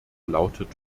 lautet